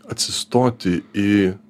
atsistoti į